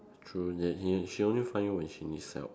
true need he she only find you when she needs help